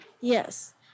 Yes